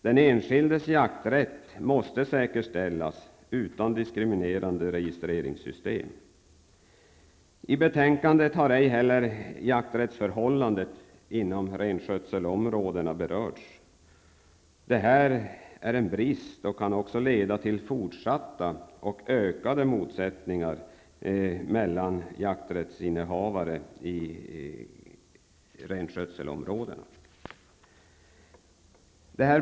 Den enskildes jakträtt måste säkerställas, utan diskriminerande registreringssystem. I betänkandet har ej heller jakträttsförhållandet inom renskötselområdena berörts. Det är en brist och kan också leda till fortsatta och ökade motsättningar mellan jakträttsinnehavare i renskötselområdena.